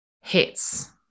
hits